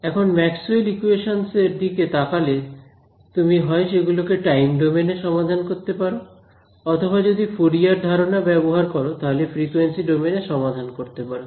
এখন Maxwell equations এর দিকে তাকালে তুমি হয় সেগুলিকে টাইম ডোমেন এ সমাধান করতে পারো অথবা যদি ফুরিয়ার ধারণা ব্যবহার করো তাহলে ফ্রিকুয়েন্সি ডোমেন এ সমাধান করতে পারো